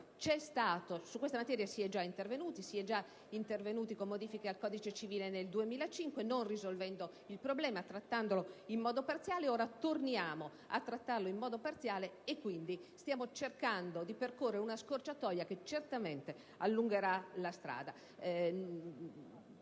Su questa materia si è già intervenuti con modifiche al codice civile nel 2005, non risolvendo il problema e trattandolo in modo parziale. Ora si torna a trattarlo in questo modo, cercando di percorrere una scorciatoia che certamente allungherà la strada.